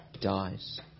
dies